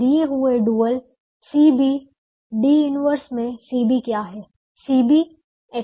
दिए हुए dual CBD 1 मे CB क्या है